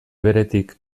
beretik